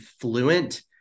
fluent